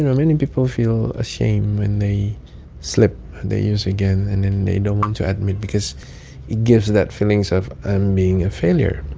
and many people feel ashamed when they slip and they use again. and then they don't want to admit because it gives that feelings of, i'm being a failure.